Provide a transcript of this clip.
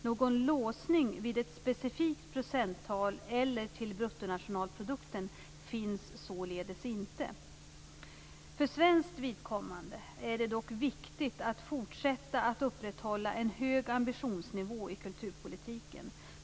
Någon låsning vid ett specifikt procenttal eller till bruttonationalprodukten finns således inte. För svenskt vidkommande är det dock viktigt att fortsätta att upprätthålla en hög ambitionsnivå i kulturpolitiken.